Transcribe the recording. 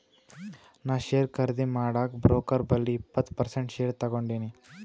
ನಾ ಶೇರ್ ಖರ್ದಿ ಮಾಡಾಗ್ ಬ್ರೋಕರ್ ಬಲ್ಲಿ ಇಪ್ಪತ್ ಪರ್ಸೆಂಟ್ ಶೇರ್ ತಗೊಂಡಿನಿ